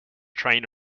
train